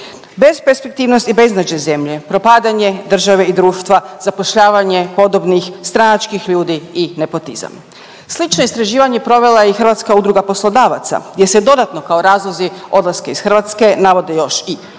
Besperspektivnost i beznačaj zemlje, propadanje države i društva, zapošljavanje podobnih, stranačkih ljudi i nepotizam. Slično istraživanje provela je i Hrvatska udruga poslodavaca gdje se dodatno kao razlozi odlaska iz Hrvatske navode još i korupcija